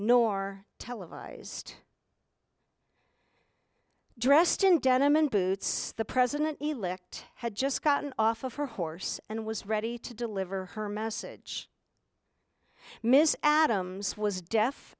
nor televised dressed in denim and boots the president elect had just gotten off of her horse and was ready to deliver her message miss adams was deaf